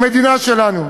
במדינה שלנו.